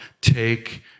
take